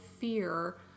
fear